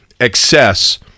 excess